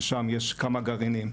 ששם יש כמה גרעינים,